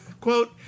quote